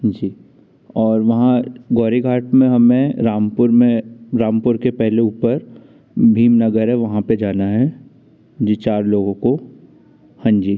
जी और वहाँ गौरी घाट में हमें रामपुर में रामपुर के पहले ऊपर भीमनगर है वहाँ पर जाना है जी चार लोगों को हाँ जी